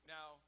Now